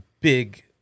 big